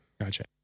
Gotcha